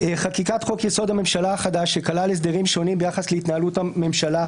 חקיקת חוק-יסוד: הממשלה החדש שכלל הסדרים שונים ביחס להתנהלות הממשלה,